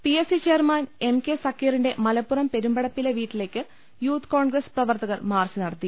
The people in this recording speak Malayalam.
PS C chairman M K സക്കീറിന്റെ മലപ്പുറം പെരു മ്പടപ്പിലെ വീട്ടിലേക്ക് യൂത്ത് കോൺഗ്രസ് പ്രവർത്തകർ മാർച്ച് നടത്തി